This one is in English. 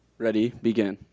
ready, begin.